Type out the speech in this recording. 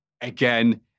Again